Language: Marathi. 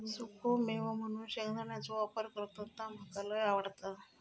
सुखो मेवो म्हणून शेंगदाण्याचो वापर करतत ता मका लय आवडता